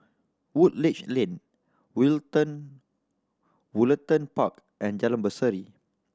Woodleigh Lane Woollerton Park and Jalan Berseri